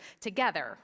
together